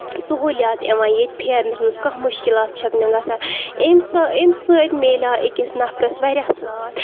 سہوٗلیات یِوان ییٚتہِ پھیرنس منٛز کانہہ مُشکِلات چھکھ نہٕ گژھان أمۍ سۭ أمۍ سۭتۍ مِلیٚو أکِس نفرس واریاہ ساتھ